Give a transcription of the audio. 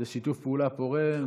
זה שיתוף פעולה פורה,